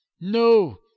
No